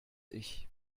ich